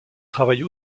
travaille